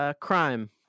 Crime